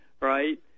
right